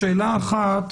שאלה אחת